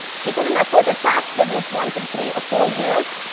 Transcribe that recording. he couldn't afford to thatch the roof once in three or four years,